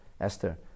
Esther